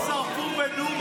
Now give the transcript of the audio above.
לא שרפו בדומא ילדים?